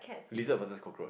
lizard versus cockroach